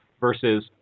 versus